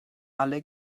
alle